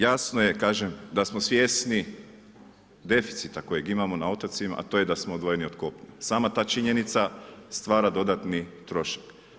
Jasno je da smo svjesni deficita kojeg imamo na otocima, a to je da smo odvojeni od kopna, sama ta činjenica stvara dodatni trošak.